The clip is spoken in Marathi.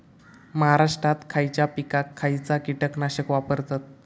महाराष्ट्रात खयच्या पिकाक खयचा कीटकनाशक वापरतत?